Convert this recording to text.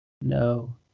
No